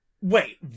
wait